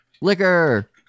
liquor